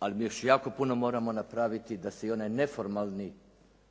ali mi još jako puno moramo napraviti da se i onaj neformalni kontakt